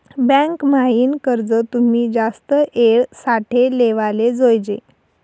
bank म्हाईन कर्ज तुमी जास्त येळ साठे लेवाले जोयजे